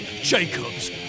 Jacob's